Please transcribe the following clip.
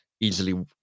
easily